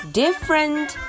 different